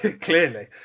Clearly